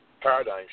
paradigm